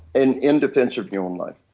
in in defense of your own life,